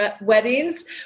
weddings